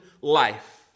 life